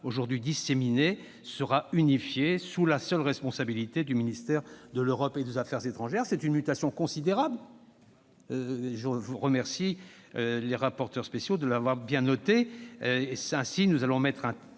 aujourd'hui disséminés, sera unifiée sous la seule responsabilité du ministère de l'Europe et des affaires étrangères. C'est une mutation considérable, et je remercie les rapporteurs spéciaux d'avoir bien voulu